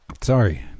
Sorry